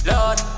Lord